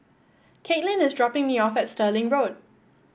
Kaitlin is dropping me off at Stirling Road